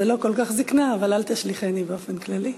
זה לא כל כך זיקנה, אבל "אל תשליכני" באופן כללי.